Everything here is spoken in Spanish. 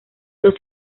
los